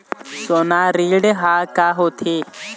सोना ऋण हा का होते?